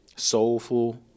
Soulful